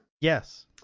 Yes